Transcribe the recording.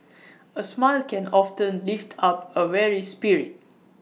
A smile can often lift up A weary spirit